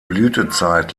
blütezeit